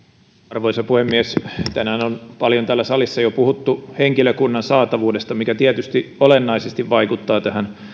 arvoisa puhemies tänään on täällä salissa jo paljon puhuttu henkilökunnan saatavuudesta mikä tietysti olennaisesti vaikuttaa tähän